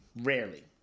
Rarely